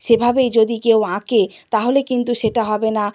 সেভাবেই যদি কেউ আঁকে তাহলে কিন্তু সেটা হবে না